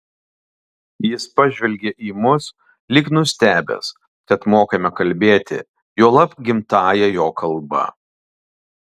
jis pažvelgė į mus lyg nustebęs kad mokame kalbėti juolab gimtąja jo kalba